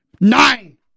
Nine